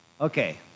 Okay